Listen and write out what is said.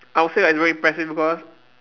I would say like it's very impressive because